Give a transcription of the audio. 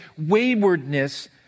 waywardness